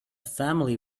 family